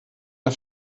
der